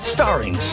Starring